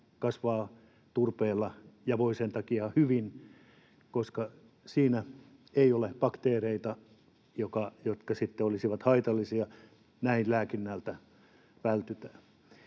kasvaa turpeella ja voi hyvin sen takia, että siinä ei ole bakteereita, jotka sitten olisivat haitallisia. Näin lääkinnältä vältytään.